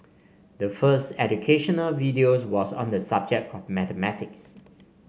the first educational video was on the subject of mathematics